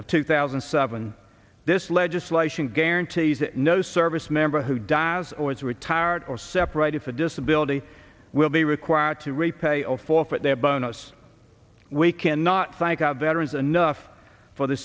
of two thousand and seven this legislation guarantees that no service member who dies or is retired or separated for disability will be required to repay or forfeit their bonus we can not think of veterans anough for the